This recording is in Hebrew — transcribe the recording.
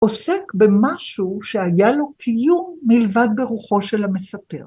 ‫עוסק במשהו שהיה לו קיום ‫מלבד ברוחו של המספר.